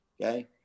Okay